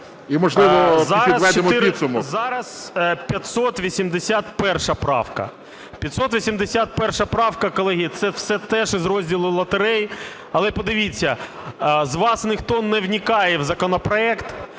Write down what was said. Зараз 581 правка. 581 правка, колеги, це все те, що з розділу лотерей. Але подивіться, з вас ніхто не вникає в законопроект.